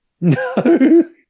No